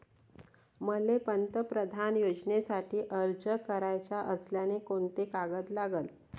मले पंतप्रधान योजनेसाठी अर्ज कराचा असल्याने कोंते कागद लागन?